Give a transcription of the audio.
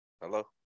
hello